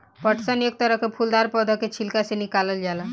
पटसन एक तरह के फूलदार पौधा के छिलका से निकालल जाला